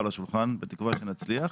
בתקווה שנצליח,